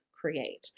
create